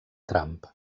trump